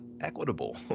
equitable